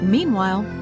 Meanwhile